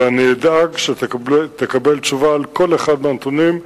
ואני אדאג שתקבל תשובה על כל אחד מהנתונים.